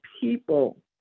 people